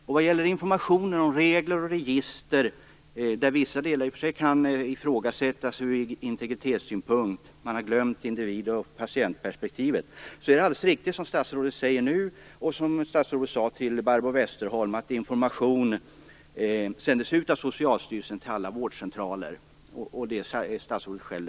Det är alldeles riktigt som statsrådet säger nu, och som statsrådet sade till Barbro Westerholm, att informationen om regler och register sändes ut till alla vårdcentraler av Socialstyrelsen. Vissa delar av detta kan i och för sig ifrågasättas ur integritetssynpunkt - man har glömt individ och patientperspektivet.